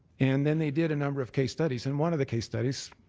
and then they did a number of case studies, and one of the case studies,